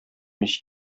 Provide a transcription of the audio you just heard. мич